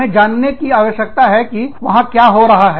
हमें जाने की आवश्यकता है कि वहां क्या हो रहा है